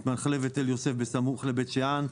את מחלבת תל יוסף בסמוך לבית שאן,